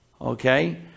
okay